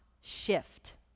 shift